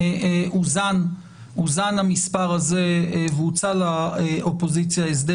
אוזן המספר הזה והוצע לאופוזיציה הסדר